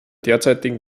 derzeitigen